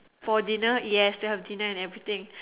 for dinner yes still have dinner and everything